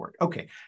Okay